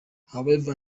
however